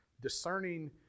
Discerning